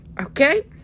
Okay